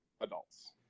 adults